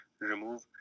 remove